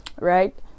Right